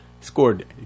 scored